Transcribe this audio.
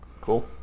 cool